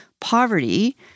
poverty